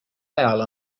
ajal